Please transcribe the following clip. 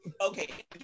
Okay